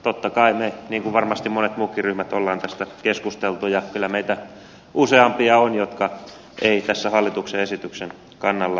totta kai me niin kuin varmasti monet muutkin ryhmät olemme tästä keskustelleet ja kyllä meitä useampia on jotka eivät hallituksen esityksen kannalla ole